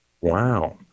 Wow